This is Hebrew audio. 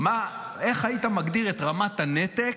הנתק, איך היית מגדיר את רמת הנתק,